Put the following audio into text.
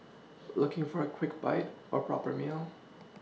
looking for a quick bite or proper meal